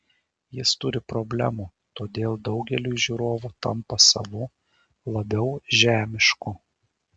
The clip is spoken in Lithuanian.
jis turi problemų todėl daugeliui žiūrovų tampa savu labiau žemišku